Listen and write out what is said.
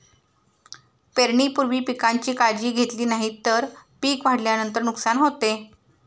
पेरणीपूर्वी पिकांची काळजी घेतली नाही तर पिक वाढल्यानंतर नुकसान होते